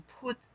put